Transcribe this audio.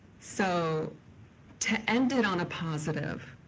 so to end it on a positive,